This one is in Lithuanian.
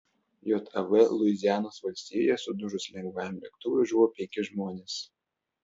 jav luizianos valstijoje sudužus lengvajam lėktuvui žuvo penki žmonės